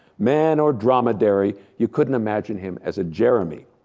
man or dromedary, you couldn't imagine him as a jeremy.